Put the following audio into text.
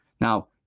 Now